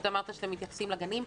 אמרת שאתם מתייחסים לגנים,